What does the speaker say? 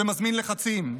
ומזמין לחצים.